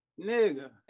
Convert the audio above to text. nigga